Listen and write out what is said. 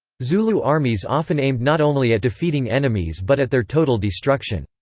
zulu armies often aimed not only at defeating enemies but at their total destruction.